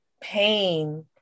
pain